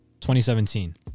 2017